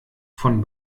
von